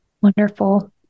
wonderful